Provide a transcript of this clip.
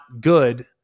good